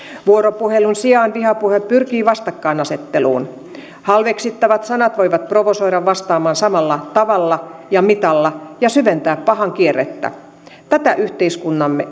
vuoropuhelun sijaan vihapuhe pyrkii vastakkainasetteluun halveksittavat sanat voivat provosoida vastaamaan samalla tavalla ja mitalla ja syventää pahan kierrettä tätä yhteiskuntamme